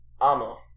amo